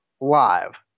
Live